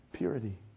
Purity